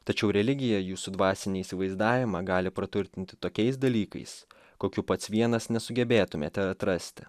tačiau religija į jūsų dvasinį įsivaizdavimą gali praturtinti tokiais dalykais kokių pats vienas nesugebėtumėte atrasti